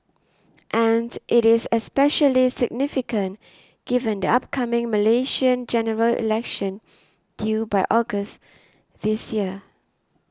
and it is especially significant given the upcoming Malaysian General Election due by August this year